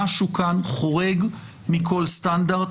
משהו כאן חורג מכל סטנדרט,